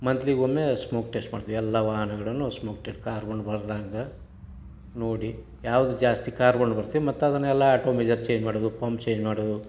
ಮಂತ್ಲಿಗೊಮ್ಮೆ ಆ smoke test ಮಾಡ್ತಿದ್ವಿ ಎಲ್ಲ ವಾಹನಗಳನ್ನು ಸ್ಮೋಕ್ ಟೆಟ್ ಕಾರ್ಬನ್ ಬರ್ದಂಗೆ ನೋಡಿ ಯಾವುದು ಜಾಸ್ತಿ ಕಾರ್ಬನ್ ಬರ್ತಿದ್ದು ಮತ್ತು ಅದನ್ನೆಲ್ಲ ಆಟೋ ಮೇಜರ್ ಚೇನ್ ಮಾಡೋದು ಪಂಪ್ ಚೇಂಜ್ ಮಾಡೋದು